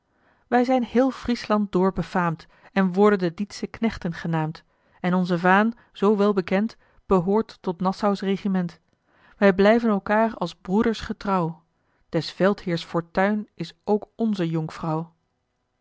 wij zijn heel friesland door befaamd en worden de dietsche knechten genaamd en onze vaan zoo wel bekend behoort tot nassaus regiment wij blijven elkaâr als broeders getrouw des veldheers fortuin is ook onze jonkvrouw